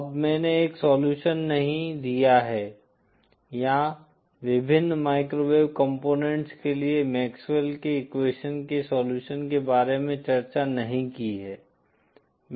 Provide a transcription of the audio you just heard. अब मैंने एक सोल्युशन नहीं दिया है या विभिन्न माइक्रोवेव कंपोनेंट्स के लिए मैक्सवेल के एक्वेशन के सोल्युशन के बारे में चर्चा नहीं की है